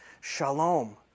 Shalom